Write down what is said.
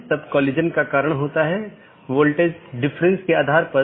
BGP सत्र की एक अवधारणा है कि एक TCP सत्र जो 2 BGP पड़ोसियों को जोड़ता है